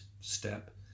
step